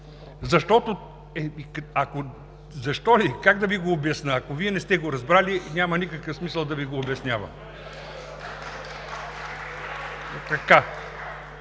Защо ли? Как да Ви го обясня? Ако Вие не сте го разбрали, няма никакъв смисъл да Ви го обяснявам. (Реплики